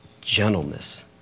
gentleness